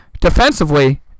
Defensively